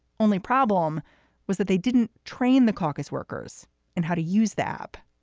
only problem was that they didn't train the caucus workers in how to use the app.